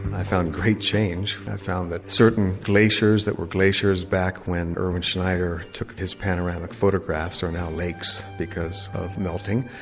i found great change. i found that certain glaciers that were glaciers back when erwin schneider took his panoramic photographs are now lakes lakes because of melting.